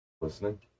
listening